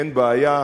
אין בעיה,